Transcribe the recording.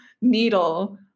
needle